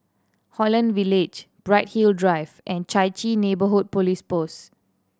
Holland Village Bright Hill Drive and Chai Chee Neighbourhood Police Post